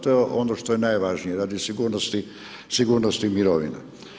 To je ono što je najvažnije radi sigurnosti mirovine.